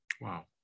Wow